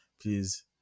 please